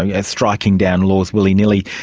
ah yeah striking down laws willy-nilly.